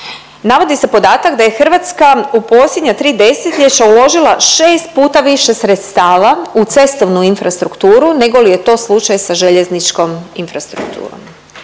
navodi se podatak da je Hrvatska u posljednjih 3 desetljeća uložila 6 puta više sredstava u cestovnu infrastrukturu nego li je to slučaj sa željezničkom infrastrukturom.